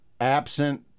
absent